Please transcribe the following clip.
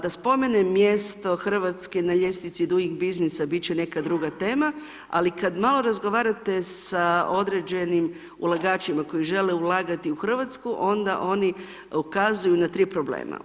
Da spomenem mjesto Hrvatske na ljestvici …/nerazumljivo/… biznisa bit će neka druga tema ali kad malo razgovarate sa određenim ulagačima koji žele ulagati u Hrvatsku onda oni ukazuju na tri problema.